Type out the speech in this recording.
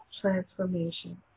transformation